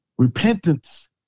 Repentance